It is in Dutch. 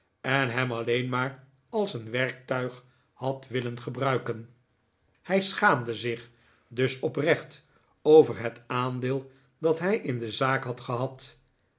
en hem alleen maar als een werktuig had willen gebruiken hij schaamde zich dus oprecht over het aandeel dat hij in de zaak had gehad